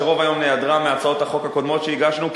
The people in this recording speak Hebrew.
שרוב היום נעדרה מהצעות החוק הקודמות שהגשנו,